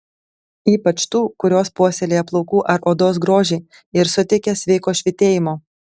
ypač tų kurios puoselėja plaukų ar odos grožį ir suteikia sveiko švytėjimo